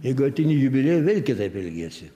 jeigu ateini į jubiliejų vėl kitaip elgiesi